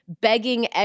begging